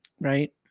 Right